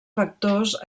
factors